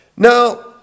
Now